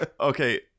Okay